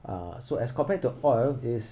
uh so as compared to oil is